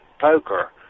Poker